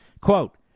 Quote